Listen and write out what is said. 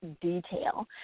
detail